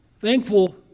Thankful